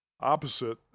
opposite